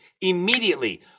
immediately